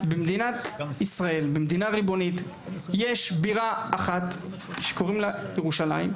במדינת ישראל יש בירה אחת לעם היהודי והיא ירושלים.